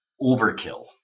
overkill